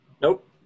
Nope